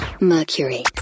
Mercury